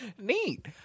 Neat